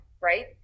right